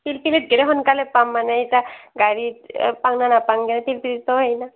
পিলপিলিত গ'লে সোনকালে পাম মানে এতিয়া গাড়ী পাওঁ বা নাপাওঁগৈ পিলপিলিততো ভয় নাই